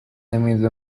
نمیده